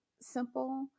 simple